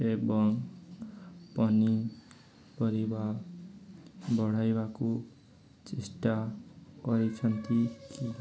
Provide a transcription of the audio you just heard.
ଏବଂ ପନିପରିବା ବଢ଼ାଇବାକୁ ଚେଷ୍ଟା କରିଛନ୍ତି କି